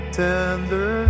tender